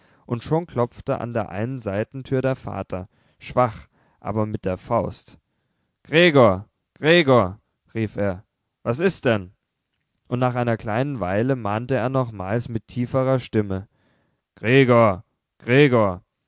und schon klopfte an der einen seitentür der vater schwach aber mit der faust gregor gregor rief er was ist denn und nach einer kleinen weile mahnte er nochmals mit tieferer stimme gregor gregor